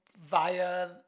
via